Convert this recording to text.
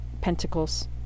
Pentacles